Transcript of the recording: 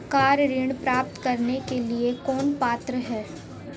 Car ऋण प्राप्त करने के लिए कौन पात्र है?